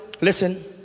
listen